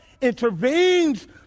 intervenes